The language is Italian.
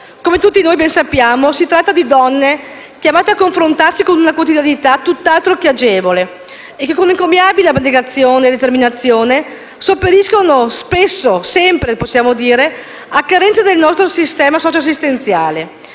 Come tutti noi ben sappiamo, si tratta di donne chiamate a confrontarsi con una quotidianità tutt'altro che agevole e che, con encomiabile abnegazione e determinazione, sopperiscono spesso - possiamo dire sempre - a carenze del nostro sistema socio-assistenziale.